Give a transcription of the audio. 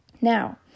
Now